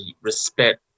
respect